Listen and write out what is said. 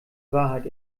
wahrheit